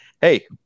hey